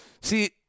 See